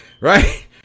right